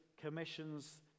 commissions